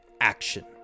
action